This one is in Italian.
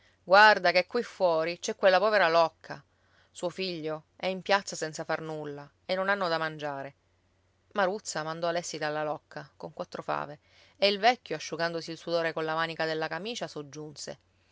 guarda che qui fuori c'è quella povera locca suo figlio è in piazza senza far nulla e non hanno da mangiare maruzza mandò alessi dalla locca con quattro fave e il vecchio asciugandosi il sudore colla manica della camicia soggiunse